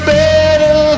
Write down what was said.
better